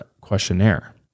questionnaire